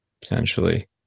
potentially